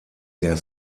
der